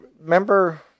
remember